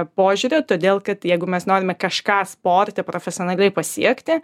požiūrio todėl kad jeigu mes norime kažką sporte profesionaliai pasiekti